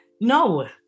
no